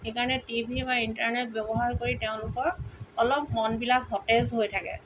সেইকাৰণে টিভি বা ইণ্টাৰনেট ব্যৱহাৰ কৰি তেওঁলোকৰ অলপ মনবিলাক সতেজ হৈ থাকে